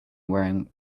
wearing